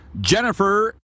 Jennifer